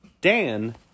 Dan